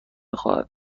خواهد